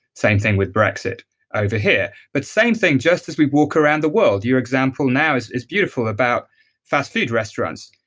same thing with brexit over here. but same thing, just as we walk around the world, your example now is is beautiful, about fast food restaurants.